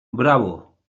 bravo